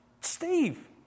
Steve